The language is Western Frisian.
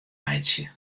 meitsje